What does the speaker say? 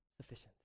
sufficient